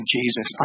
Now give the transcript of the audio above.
Jesus